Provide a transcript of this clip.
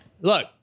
Look